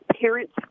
parents